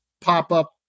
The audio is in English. pop-up